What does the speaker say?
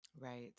Right